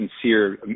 sincere